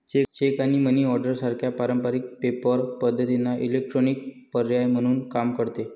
check आणि money order सारख्या पारंपारिक पेपर पद्धतींना इलेक्ट्रॉनिक पर्याय म्हणून काम करते